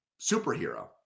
superhero